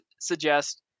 suggest